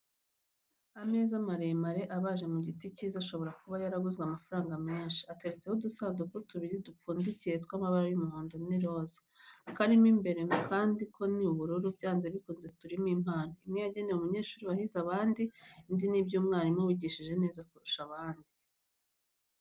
Ameza maremare abaje mu giti cyiza, ashobora kuba yaraguzwe amafaranga menshi, ateretseho udusanduku tubiri dupfundikiye tw'amabara y'umuhondo n'iroza, akarimo imbere mu kandi ko ni ubururu, byanze bikunze turimo impano, imwe yagenewe umunyeshuri wahize abandi, indi ni iy'umwarimu wigishije neza kurusha iyindi.